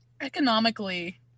Economically